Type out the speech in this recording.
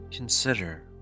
Consider